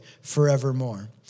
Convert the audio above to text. forevermore